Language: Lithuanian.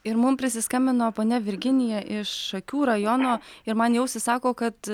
ir mum prisiskambino ponia virginija iš šakių rajono ir man į ausį sako kad